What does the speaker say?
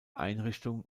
einrichtung